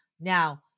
Now